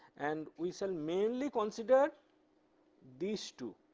and we shall mainly consider these two.